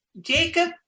Jacob